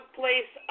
place